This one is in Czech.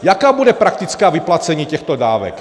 Jaké bude praktické vyplacení těchto dávek?